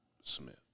Smith